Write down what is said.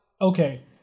okay